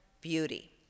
beauty